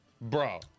bro